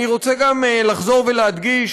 אני רוצה גם לחזור ולהדגיש,